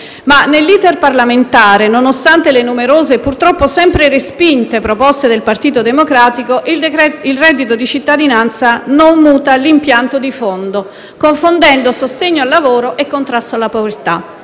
nell'*iter* parlamentare, nonostante le numerose e purtroppo sempre respinte proposte del Partito Democratico, il reddito di cittadinanza non muta nel suo impianto di fondo, confondendo sostegno al lavoro e contrasto alla povertà.